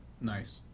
Nice